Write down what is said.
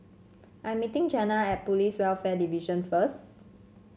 I am meeting Janna at Police Welfare Division first